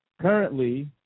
Currently